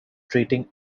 treating